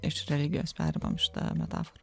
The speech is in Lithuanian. iš religijos perimam šitą metaforą